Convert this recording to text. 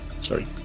sorry